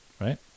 right